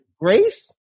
Grace